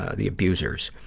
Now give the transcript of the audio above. ah the abusers?